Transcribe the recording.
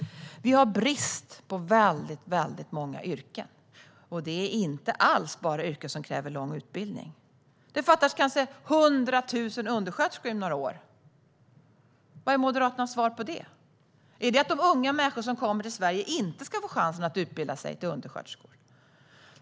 Det råder arbetskraftsbrist i många yrken, och det är inte alls bara yrken som kräver lång utbildning. Det fattas kanske 100 000 undersköterskor om några år. Vad är Moderaternas svar på det? Är det att de unga människor som kommer till Sverige inte ska få chansen att utbilda sig till undersköterskor?